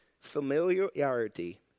Familiarity